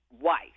wife